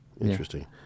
Interesting